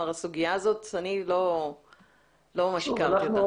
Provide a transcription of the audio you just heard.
אני לא ממש הכרתי את הסוגיה הזאת.